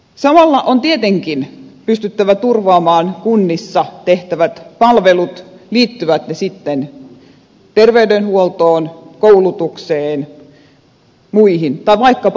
samalla on tietenkin pystyttävä turvaamaan kunnissa tehtävät palvelut liittyvät ne sitten terveydenhuoltoon koulutukseen tai vaikkapa harrastusmahdollisuuksiin